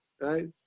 right